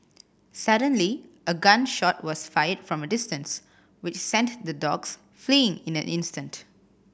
suddenly a gun shot was fired from a distance which sent the dogs fleeing in an instant